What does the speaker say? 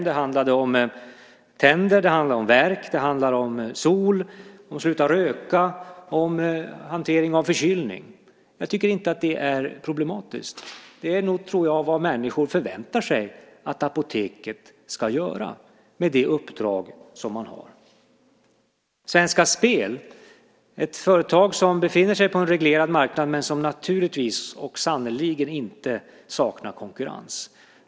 Det handlade om tänder, om värk, om sol, om att sluta röka och om hantering av förkylning. Jag tycker inte att det är problematiskt. Det är nog vad människor förväntar sig att Apoteket ska göra med det uppdrag man har. Svenska Spel är ett företag som befinner sig på en reglerad marknad men som naturligtvis och sannerligen inte saknar konkurrens.